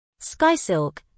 SkySilk